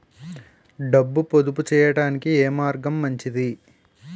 డబ్బు పొదుపు చేయటానికి ఏ మార్గం మంచిది?